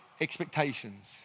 expectations